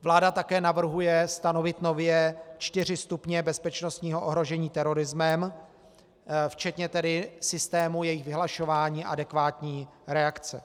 Vláda také navrhuje stanovit nově čtyři stupně bezpečnostního ohrožení terorismem, včetně tedy systému jejich vyhlašování a adekvátní reakce.